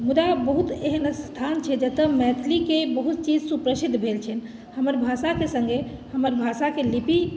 मुदा बहुत एहन स्थान छै जतय मैथिलीके बहुत चीज सुप्रसिद्ध भेल छै हमर भाषाके सङ्गे हमर भाषाके लिपि